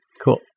Cool